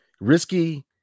risky